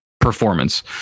performance